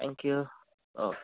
thank you हो